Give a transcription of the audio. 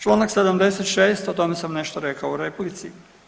Čl. 76. o tome sam nešto rekao u replici.